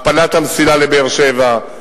על הכפלת המסילה לבאר-שבע,